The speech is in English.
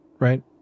right